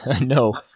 no